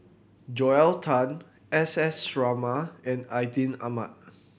Joel Tan S S Sarma and Atin Amat